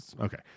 Okay